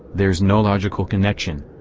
there's no logical connection.